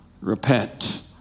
repent